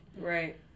Right